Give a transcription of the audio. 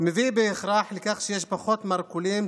מביא בהכרח לכך שיש פחות מרכולים,